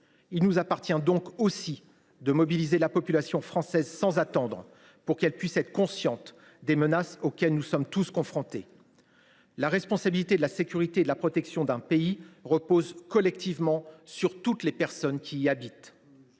Il nous appartient de mobiliser sans attendre la population française, qui doit être pleinement consciente des menaces auxquelles nous sommes tous confrontés. La responsabilité de la sécurité et de la protection d’un pays repose collectivement sur toutes les personnes qui y habitent.